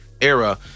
era